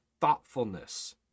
thoughtfulness